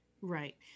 Right